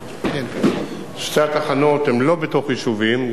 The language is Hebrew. שתי התחנות הן לא בתוך יישובים.